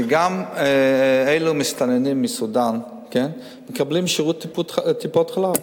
שגם אלו, המסתננים מסודן, מקבלים שירות טיפות-חלב.